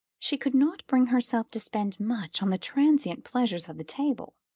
she could not bring herself to spend much on the transient pleasures of the table.